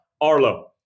Arlo